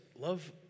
Love